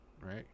right